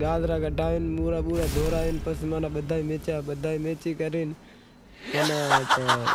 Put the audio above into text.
گاجرا کڈہاوے، مورا بورا دہوراوے پسے ماناں بدہا ئے عیچیا، بدہائے ویچے ماناں پسے